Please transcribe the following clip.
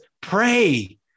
pray